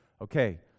okay